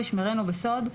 ישמרנו בסוד,